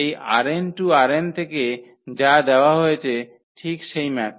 এই ℝn → ℝm থেকে যা দেওয়া হয়েছে ঠিক সেই ম্যাপটি